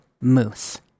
Moose